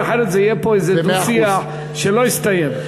אחרת זה יהיה פה איזה דו-שיח שלא יסתיים.